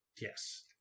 Yes